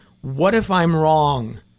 what-if-I'm-wrong